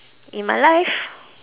in my life